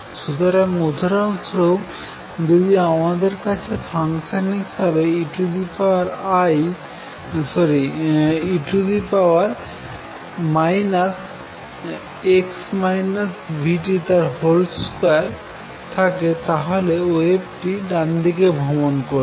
সুতরাং উদাহরন স্বরূপ যদি আমাদের কাছে ফাংশন হিসাবে e 2থাকে তাহলে ওয়েভটি ডানদিকে ভ্রমন করবে